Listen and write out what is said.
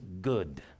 good